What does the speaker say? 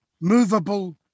movable